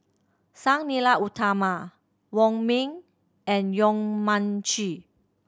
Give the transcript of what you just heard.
Sang Nila Utama Wong Ming and Yong Mun Chee